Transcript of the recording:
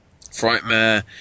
Frightmare